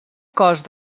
cost